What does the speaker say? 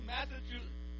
Massachusetts